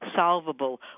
solvable